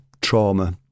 trauma